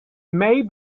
may